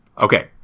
okay